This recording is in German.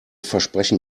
versprechen